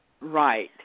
Right